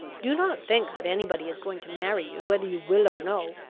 do not think that any body is going to marry you, whether you will or no.